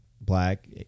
black